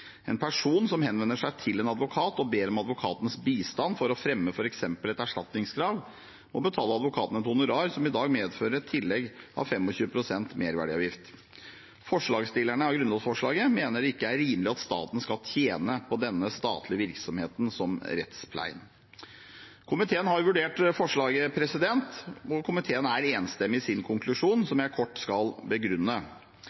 En person som henvender seg til en advokat og ber om advokatens bistand for å fremme f.eks. et erstatningskrav, må betale advokaten et honorar som i dag medfører et tillegg på 25 pst. merverdiavgift. Forslagsstillerne av grunnlovsforslaget mener det ikke er rimelig at staten skal tjene på denne statlige virksomheten: rettspleien. Komiteen har vurdert forslaget og er enstemmig i sin konklusjon,